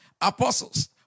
apostles